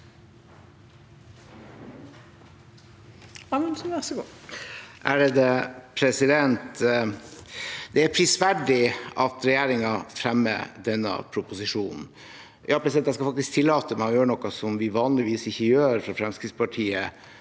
leder): Det er prisverdig at regjeringen fremmer denne proposisjonen. Jeg skal faktisk tillate meg å gjøre noe vi vanligvis ikke gjør fra Fremskrittspartiets